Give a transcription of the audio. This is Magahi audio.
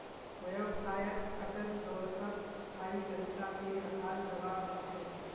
व्यवसायत अचल दोलतक स्थायी तरीका से रखाल जवा सक छे